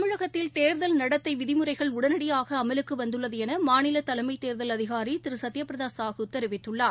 தமிழகத்தில் தேர்தல் நடத்தை விதிமுறைகள் உடனடியாக அமலுக்கு வந்துள்ளது என மாநில தலைமைத்தேர்தல் அதிகாரி திரு சத்யபிரத சாஹூ தெரிவித்துள்ளார்